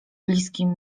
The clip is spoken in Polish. bliskim